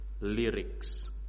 lyrics